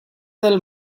del